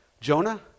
Jonah